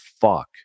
fuck